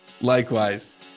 Likewise